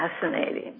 fascinating